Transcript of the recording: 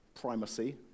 primacy